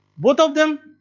both of them